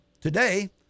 today